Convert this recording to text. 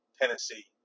tennessee